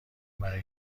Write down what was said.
برای